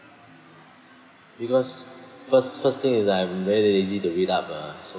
because first first thing is I'm very lazy to read up lah so